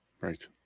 Right